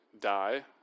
die